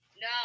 No